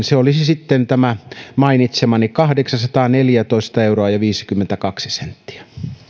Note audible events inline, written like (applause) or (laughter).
(unintelligible) se olisi sitten tämä mainitsemani kahdeksansataaneljätoista euroa ja viisikymmentäkaksi senttiä